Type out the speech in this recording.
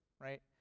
right